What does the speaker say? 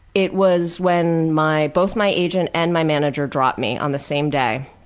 it was when my, both my agent and my manager dropped me on the same day.